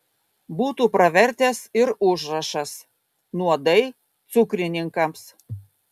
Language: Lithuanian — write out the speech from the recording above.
būtų pravertęs ir užrašas nuodai cukrininkams